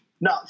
No